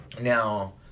Now